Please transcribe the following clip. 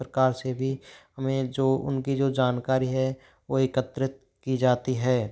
प्रकार से भी हमें जो उनकी जो जानकारी है वो एकत्रित की जाती है